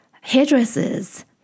hairdressers